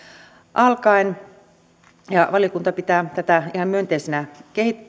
alkaen valiokunta pitää tätä ihan myönteisenä